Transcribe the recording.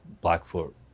Blackfoot